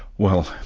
well,